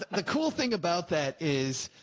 the cool thing about that is.